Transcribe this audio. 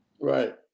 Right